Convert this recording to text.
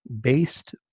based